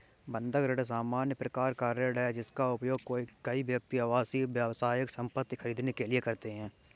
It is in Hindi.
बंधक ऋण सामान्य प्रकार का ऋण है, जिसका उपयोग कई व्यक्ति आवासीय, व्यावसायिक संपत्ति खरीदने के लिए करते हैं